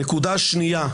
נקודה שנייה,